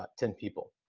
ah ten people.